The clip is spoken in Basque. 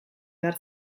behar